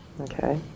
Okay